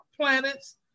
planets